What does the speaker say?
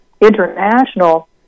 international